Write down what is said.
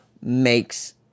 makes